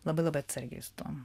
labai labai atsargiai su tuom